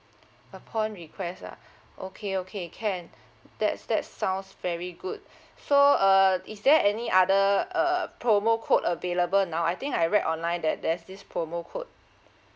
upon request lah okay okay can that's that sounds very good so uh is there any other uh promo code available now I think I read online that there's this promo code